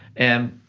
and,